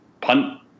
punt